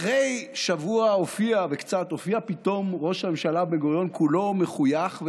אחרי שבוע וקצת הופיע פתאום ראש הממשלה בן-גוריון כולו מחויך,